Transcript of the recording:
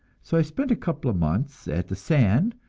so i spent a couple of months at the san,